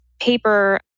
paper